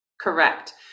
Correct